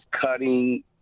cutting